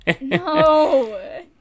No